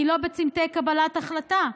אני לא בצומתי קבלת החלטות.